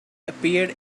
appeared